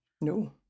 No